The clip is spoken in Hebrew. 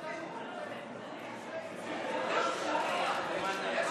הוא מייצג ציבור אף שהוא אחד.